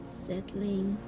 settling